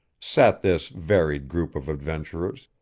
sat this varied group of adventurers,